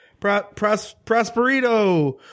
prosperito